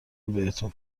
بهتون